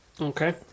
Okay